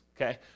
okay